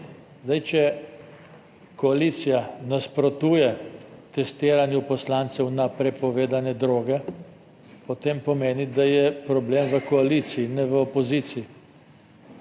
Zdaj če koalicija nasprotuje testiranju poslancev na prepovedane droge, potem pomeni, da je problem v koaliciji in ne v opoziciji.